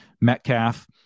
Metcalf